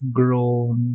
grown